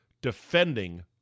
defending